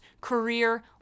career